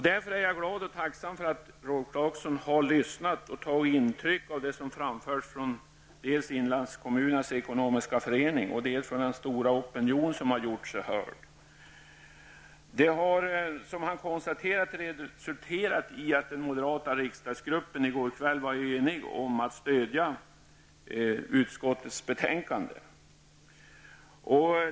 Därför är jag glad och tacksam för att Rolf Clarkson har lyssnat på och tagit intryck av det som anförts av Inlandskommunerna Ekonomisk Förening och den stora opinion som har gjort sig hörd. Som Rolf Clarkson konstaterade har det resulterat i att den moderata riksdagsgruppen i går kväll var enig om att stödja utskottets hemställan.